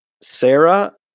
Sarah